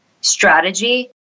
strategy